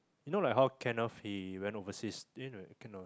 you know like how Kenneth he went overseas eh no he came back